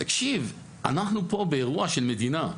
תקשיב, אנחנו פה באירוע של מדינה.